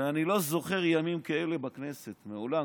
אני לא זוכר ימים כאלה בכנסת, מעולם.